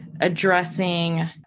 addressing